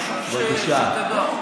חשוב שתדע.